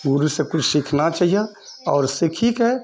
गुरुसंँ किछु सीखना चाहिए आओर सीखीके